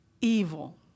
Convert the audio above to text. evil